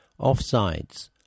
Offsides